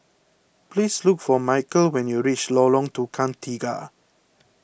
please look for Michael when you reach Lorong Tukang Tiga